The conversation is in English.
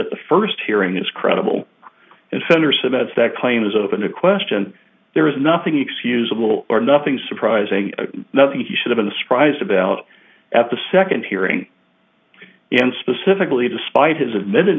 at the first hearing is credible and center says that claim is open to question there is nothing excusable or nothing surprising nothing he should have been surprised about at the second hearing and specifically despite his admitted